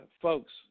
Folks